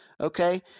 Okay